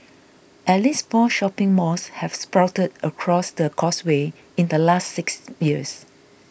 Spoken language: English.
at least four shopping malls have sprouted across the Causeway in the last six years